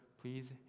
please